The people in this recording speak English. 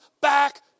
back